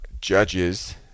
judges